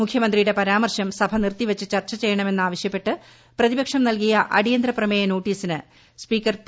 മുഖ്യമന്ത്രിയുടെ പരാമർശം സഭ നിർത്തിവച്ച് ചർച്ച ചെയ്യണമെന്ന് ആവശ്യപ്പെട്ട് പ്രതിപക്ഷം നൽകിയ അടിയന്തര പ്രമേയ നോട്ടീസിന് സ്പീക്കർ പി